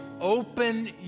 open